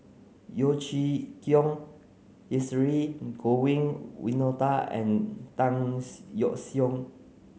Yeo Chee Kiong Dhershini Govin Winodan and Tan Yeok Seong